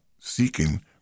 seeking